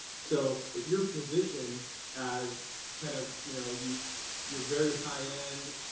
so if your position as kind of you know you you're very high-end